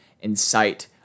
incite